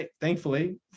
thankfully